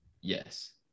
Yes